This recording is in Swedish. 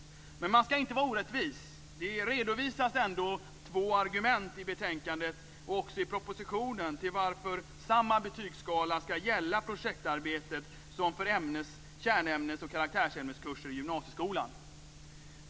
Men man ska inte vara orättvis. Det redovisas ändå två argument i betänkandet liksom i propositionen till varför samma betygsskala ska gälla projektarbetet som kärnämnes och karaktärsämneskurser i gymnasieskolan.